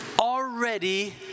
already